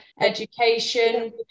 education